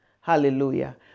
Hallelujah